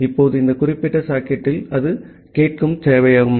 இப்போது இந்த குறிப்பிட்ட சாக்கெட்டில் அது கேட்கும் சேவையகம்